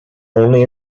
only